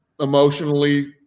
emotionally